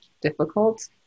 difficult